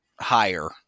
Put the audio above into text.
higher